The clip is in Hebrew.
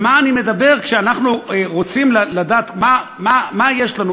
על מה אני מדבר כשאנחנו רוצים לדעת מה יש לנו.